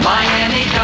Miami